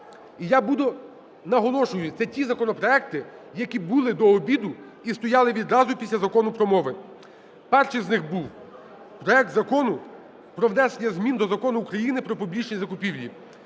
наголошую, це ті законопроекти, які були до обіду і стояли відразу після Закону про мови. Перший з них був проект Закону про внесення змін до Закону України "Про публічні закупівлі"